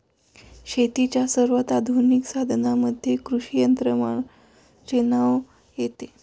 शेतीच्या सर्वात आधुनिक साधनांमध्ये कृषी यंत्रमानवाचे नाव येते